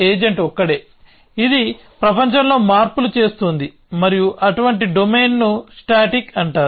agent ఒక్కడే ఇది ప్రపంచంలో మార్పులు చేస్తోంది మరియు అటువంటి డొమైన్ను స్టాటిక్ అంటారు